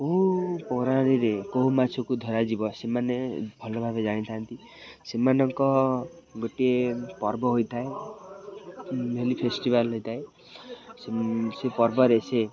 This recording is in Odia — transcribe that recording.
କେଉଁ ପ୍ରଣାଳୀରେ କେଉଁ ମାଛକୁ ଧରାଯିବ ସେମାନେ ଭଲ ଭାବେ ଜାଣିଥାନ୍ତି ସେମାନଙ୍କ ଗୋଟିଏ ପର୍ବ ହୋଇଥାଏ ଫେଷ୍ଟିଭାଲ୍ ହୋଇଥାଏ ସେ ପର୍ବରେ ସେ